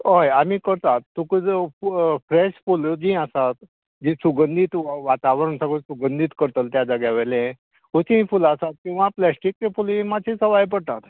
हय आमी करतात तुका जर फ्रेश फुलां जी आसा जी सुगंधीत वातावरण सुगंधीत करतालें त्या जाग्यावयलें अशीं फुलां आसा किंवां प्लास्टिकची फुलां हीं मात्शी सवाय पडटा